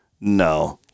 no